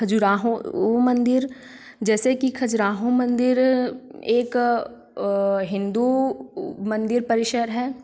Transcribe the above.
खजुराहो वो मंदिर जैसे कि खजुराहो मंदिर एक हिंदू मंदिर परिसर है